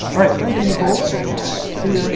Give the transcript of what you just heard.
all right, thank you, nicole. okay, bye. see ya.